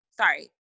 sorry